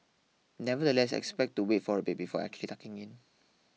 nonetheless expect to wait for a bit before actually tucking in